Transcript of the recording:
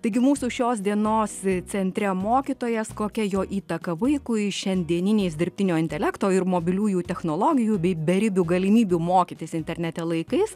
taigi mūsų šios dienos centre mokytojas kokia jo įtaka vaikui šiandieniniais dirbtinio intelekto ir mobiliųjų technologijų bei beribių galimybių mokytis internete laikais